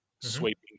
sweeping